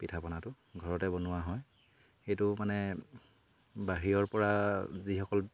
পিঠা পনাটো ঘৰতে বনোৱা হয় সেইটো মানে বাহিৰৰপৰা যিসকল